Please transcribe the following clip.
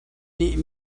nih